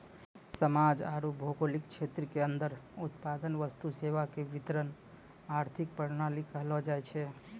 समाज आरू भौगोलिक क्षेत्र के अन्दर उत्पादन वस्तु सेवा के वितरण आर्थिक प्रणाली कहलो जायछै